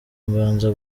mbanza